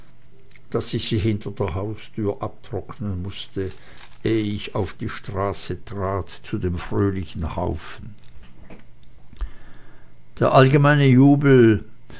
daß ich sie hinter der haustür abtrocknen mußte ehe ich auf die straße trat und zu dem fröhlichen haufen stieß der allgemeine jubel